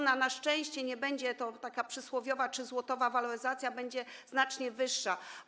Na szczęście nie będzie to taka przysłowiowa 3-złotowa waloryzacja, będzie ona znacznie wyższa.